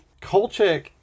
Kolchak